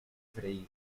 freír